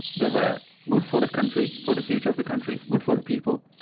they were good for the country, for the future of the country, good for the people,